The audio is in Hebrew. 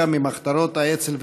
8891, 8898, 9003